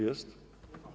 Jest?